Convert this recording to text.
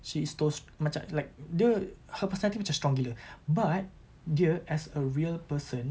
she is those macam like dia her personality macam strong gila but dia as a real person